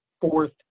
fourth